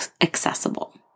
accessible